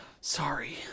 Sorry